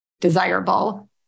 desirable